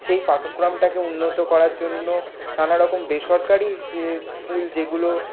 সেই পাঠক্রমটাকে উন্নত করার জন্য নানারকম বেসরকারি স্কুল যেগুলো